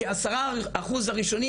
כי 10 אחוז הראשונים,